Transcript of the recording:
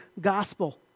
gospel